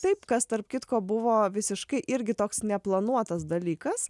taip kas tarp kitko buvo visiškai irgi toks neplanuotas dalykas